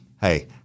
Hey